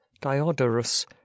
Diodorus